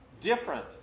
different